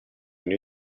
new